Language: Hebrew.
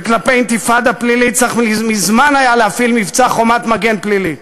וכלפי אינתיפאדה פלילית צריך היה מזמן להפעיל מבצע "חומת מגן" פלילי.